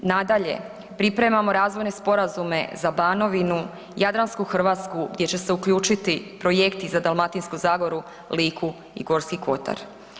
Nadalje, pripremamo razvojne sporazume za Banovinu, jadransku Hrvatsku gdje će se uključiti projekti za Dalmatinsku zagoru, Liku i Gorski kotar.